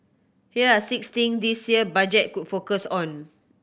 here are six thing this year budget could focus on